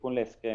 תיקון להסכם,